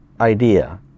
idea